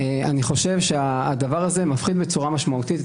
אני חושב שהדבר הזה מפחית בצורה משמעותית את